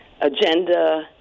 agenda